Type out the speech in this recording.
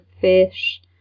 fish